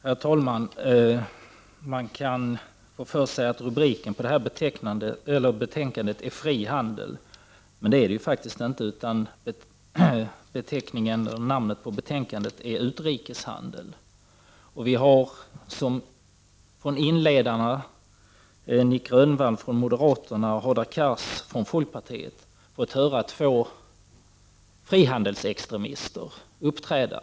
Herr talman! Man kan få för sig att rubriken till det här betänkandet är fri handel. Men det är det faktiskt inte, utan namnet på betänkandet är utrikeshandel. Vi har i de inledande talarna Nic Grönvall från moderaterna och Hadar Cars från folkpartiet fått höra två frihandelsextremister uppträda.